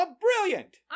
brilliant